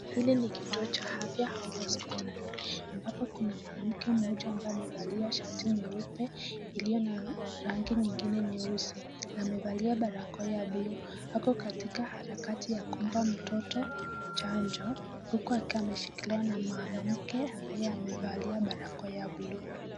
Hili ni kituo cha afya ama hospitali ambapo kuna mwanamke mmoja ambay amevalia shati nyeupe ilio na rangi nyingine nyeusi na amevalia barakoa ya buluu. Ako harakati ya kumba mtoto chanjo huku akiwa ameshikiliwa na mwanamke ambaye amevalia barakoa ya buluu.